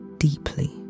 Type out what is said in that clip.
Deeply